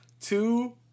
Two